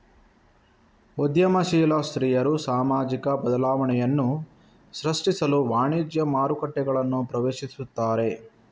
ಉದ್ಯಮಶೀಲ ಸ್ತ್ರೀಯರು ಸಾಮಾಜಿಕ ಬದಲಾವಣೆಯನ್ನು ಸೃಷ್ಟಿಸಲು ವಾಣಿಜ್ಯ ಮಾರುಕಟ್ಟೆಗಳನ್ನು ಪ್ರವೇಶಿಸುತ್ತಾರೆ